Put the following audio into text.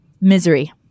misery